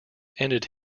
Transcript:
ended